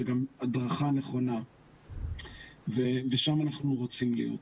זו גם הדרכה נכונה ושם אנחנו רוצים להיות.